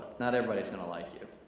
not everybody's gonna like you,